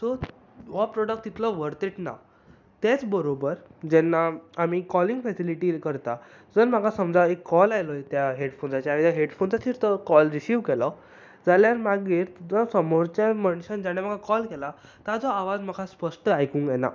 so हो product तितलो worth it ना तेच बरोबर जेन्ना आमी कोलिंग फेसीलिटी करता जर म्हाका समजा एक कॉल आयलो त्या हेडफोनार आनी त्या हेडफोना वयल्यान जर कॉल रिसीव केलो जाल्यार मागीर जो समोरच्या मनशान जाणे म्हाका कॉल केला ताचो आवाज म्हाका स्पश्ट आयकूंक येना